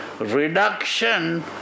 reduction